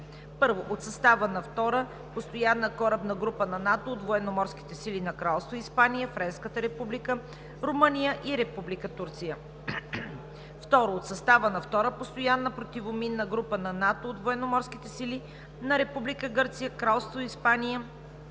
Първо, от състава на Втора постоянна корабна група на НАТО от Военноморските сили на Кралство Испания, Френската република, Румъния и Република Турция. Второ, от състава на Втора постоянна противоминна група на НАТО от Военноморските сили на Република Гърция, Кралство Испания,